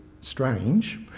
strange